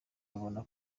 babona